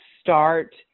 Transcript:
start